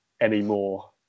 anymore